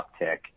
uptick